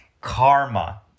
Karma